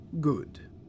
Good